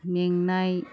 मेंनाय